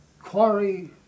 quarry